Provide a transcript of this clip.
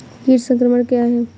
कीट संक्रमण क्या है?